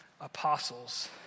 apostles